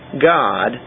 God